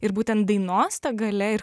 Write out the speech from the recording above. ir būtent dainos ta galia ir